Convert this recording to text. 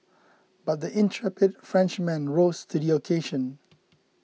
but the intrepid Frenchman rose to the occasion